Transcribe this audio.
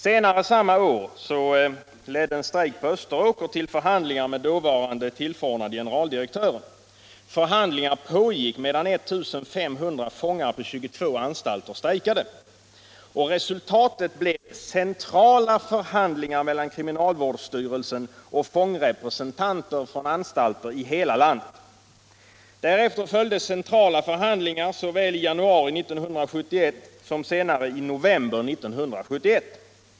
Senare samma år ledde en strejk på Österåker till förhandlingar med dåvarande tillförordnade generaldirektören. Förhandlingar pågick medan 1 500 fångar på 22 anstalter strejkade. Resultatet blev centrala förhandlingar mellan kriminalvårdsstyrelsen och fångrepresentanter från anstalter i hela landet. Därefter följde centrala förhandlingar såväl i januari 1971 som senare i november 1971.